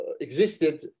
existed